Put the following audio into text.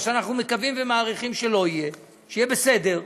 מה שאנחנו מעריכים ומקווים שלא יהיה ושיהיה בסדר,